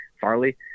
Farley